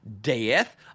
death